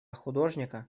художника